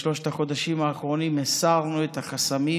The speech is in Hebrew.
בשלושת החודשים האחרונים הסרנו את החסמים